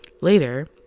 Later